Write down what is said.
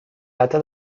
data